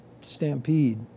Stampede